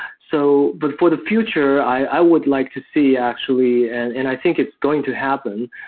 so but for the future, i would like to see actually and and i think it's going to happen.